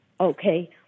Okay